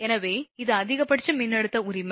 எனவே இது அதிகபட்ச மின்னழுத்த உரிமை